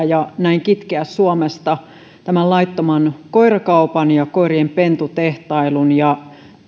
ja näin kitkeä suomesta tämän laittoman koirakaupan ja koirien pentutehtailun ja